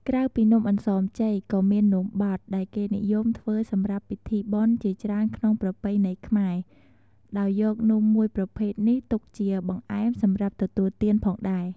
ក្រៅពីនំអន្សមចេក ក៏មាន នំបត់ ដែលគេនិយមធ្វើសម្រាប់ពិធីបុណ្យជាច្រើនក្នុងប្រពៃណីខ្មែរ ដោយយកនំមួយប្រភេទនេះទុកជាបង្អែមសម្រាប់ទទួលទានផងដែរ។